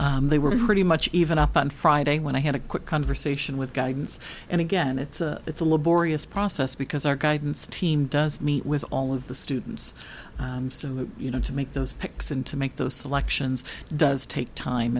not they were pretty much even up on friday when i had a quick conversation with guidance and again it's a it's a laborious process because our guidance team does meet with all of the students you know to make those picks and to make those selections does take time